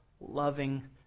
loving